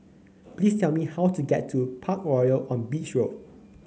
please tell me how to get to Parkroyal on Beach Road